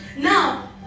Now